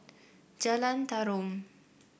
Jalan Tarum